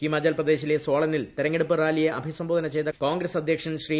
ഹിമാചൽപ്രദേശിലെ സോളനിൽ തെരഞ്ഞെടുപ്പ് റാലിയെ അഭിസംബോധന ചെയ്ത കോൺഗ്രസ് അധ്യക്ഷൻ ശ്രീ